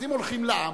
אז אם הולכים לעם,